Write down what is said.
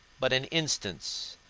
but an instance,